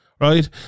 right